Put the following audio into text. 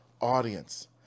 audience